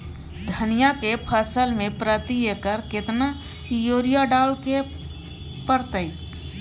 धनिया के फसल मे प्रति एकर केतना यूरिया डालय के परतय?